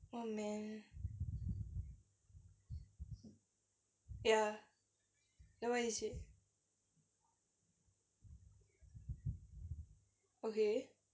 oh man ya then what he say okay